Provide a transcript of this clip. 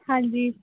ਹਾਂਜੀ